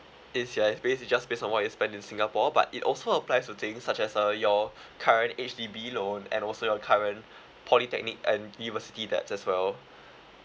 it's right based it's just based on what you spend in singapore but it also applies to things such as uh your current H_D_B loan and also your current polytechnic and university debts as well